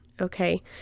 Okay